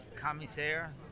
commissaire